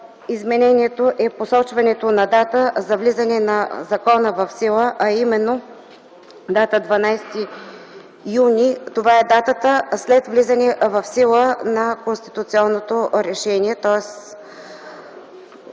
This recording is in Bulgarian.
изменението е посочването на дата за влизане на закона в сила, а именно дата 12 юни. Това е датата след влизане в сила на конституционното решение.